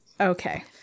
Okay